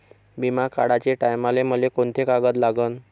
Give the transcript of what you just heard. बिमा काढाचे टायमाले मले कोंते कागद लागन?